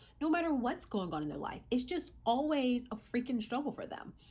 no matter what's going on in their life. it's just always a freaking struggle for them.